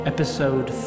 Episode